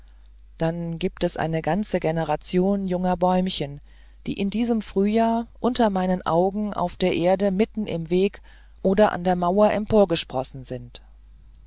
dann gibt es eine ganze generation junger bäumchen die in diesem frühjahr unter meinen augen auf der erde mitten am weg oder an der mauer emporgesprossen sind